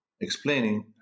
explaining